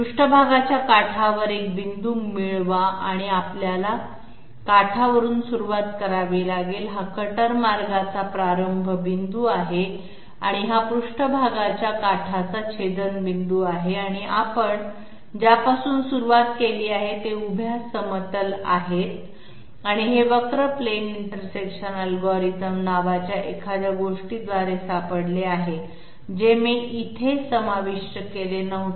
पृष्ठभागाच्या काठावर एक बिंदू मिळवा म्हणजे आपल्याला काठावरुन सुरुवात करावी लागेल हा कटर मार्गाचा प्रारंभ बिंदू आहे आणि हा पृष्ठभागाच्या काठाचा छेदनबिंदू आहे आणि आपण ज्यापासून सुरुवात केली आहे ते उभ्या समतल आहे आणि हे वक्र प्लेन इंटरसेक्शन अल्गोरिदम नावाच्या एखाद्या गोष्टीद्वारे सापडले आहे जे मी येथे समाविष्ट केले नव्हते